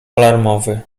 alarmowy